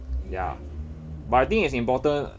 ya but I think it's important